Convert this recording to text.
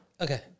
Okay